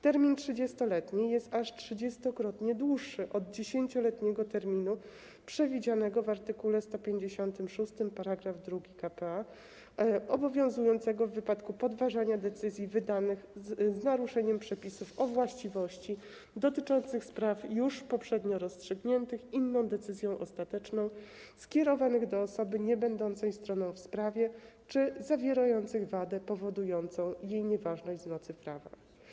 Termin 30-letni jest aż trzydziestokrotnie dłuższy od 10-letniego terminu przewidzianego w art. 156 § 2 k.p.a., obowiązującego w wypadku podważania decyzji wydanych z naruszeniem przepisów o właściwości dotyczących spraw już poprzednio rozstrzygniętych inną decyzją ostateczną, skierowanych do osoby niebędącej stroną w sprawie czy zawierających wadę powodującą jej nieważność z mocy prawa.